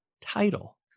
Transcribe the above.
title